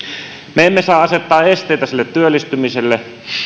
me emme saa asettaa esteitä sille työllistymiselle